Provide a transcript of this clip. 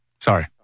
Sorry